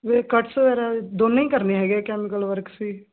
hair cut ਵਗੈਰਾ ਦੋਨੇਂ ਈ ਕਰਨੇ ਹੈਗੇ ਐ ਕੈਮੀਕਲ ਵਰਕ ਵੀ